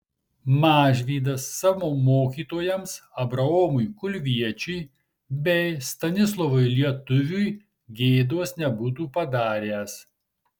mažvydas savo mokytojams abraomui kulviečiui bei stanislovui lietuviui gėdos nebūtų padaręs